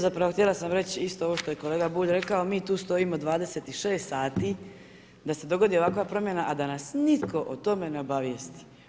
Zapravo htjela sam reći isto ovo što je kolega Bulj rekao, mi tu stojimo 26 sati, da se dogodi ovakva promjena a da nas nitko o tome ne obavijesti.